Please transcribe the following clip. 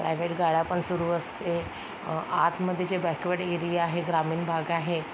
private गाड्या पण सुरू असते आतमध्ये जे बॅकवर्ड एरिया आहे ग्रामीण भाग आहे